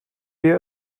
wir